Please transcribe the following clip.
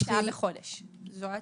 שעה בחודש זו ההצעה?